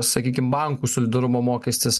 sakykime bankų solidarumo mokestis